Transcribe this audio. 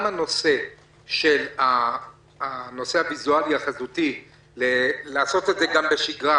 גם הנושא הוויזואלי לעשות את זה גם בשגרה,